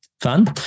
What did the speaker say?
fun